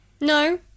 No